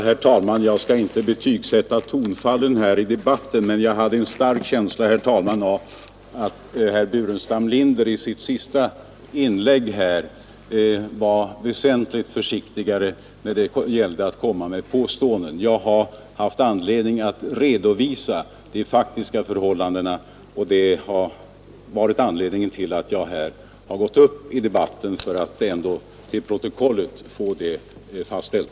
Herr talman! Jag skall inte betygsätta tonfallen här i debatten, men jag hade en stark känsla av att herr Burenstam Linder i sitt senaste inlägg var väsentligt försiktigare än tidigare när det gällde att komma med påståenden. Jag har haft anledning att redovisa de faktiska förhållandena, och jag har gått upp i debatten för att få dem fastslagna i protokollet.